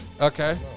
Okay